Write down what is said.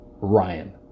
Ryan